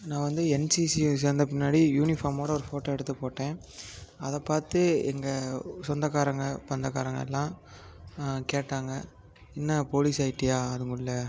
நான் வந்து என்சிசி சேர்ந்த பின்னாடி யூனிஃபார்மோடு ஒரு ஃபோட்டோ எடுத்து போட்டேன் அதை பார்த்து எங்கள் சொந்தக்காரங்க பந்தக்காரங்க எல்லாம் கேட்டாங்க என்ன போலீஸ் ஆகிட்டியா அதுக்குள்ள